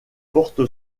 porte